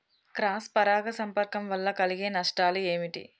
Cross పరాగ సంపర్కం వల్ల కలిగే నష్టాలు ఏమిటి?